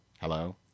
Hello